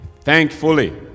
thankfully